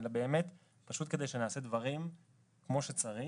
אלא באמת פשוט כדי שנעשה את הדברים כמו שצריך,